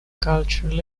cultural